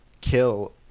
kill